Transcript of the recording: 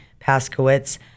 Paskowitz